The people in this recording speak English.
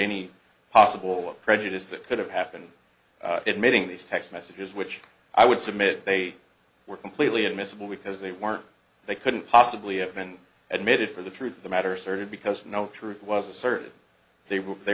any possible prejudice that could have happened admitting these text messages which i would submit they were completely admissible because they weren't they couldn't possibly have been admitted for the truth of the matter asserted because no truth was asserted they